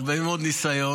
הרבה מאוד ניסיון.